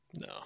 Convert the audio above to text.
No